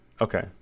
Okay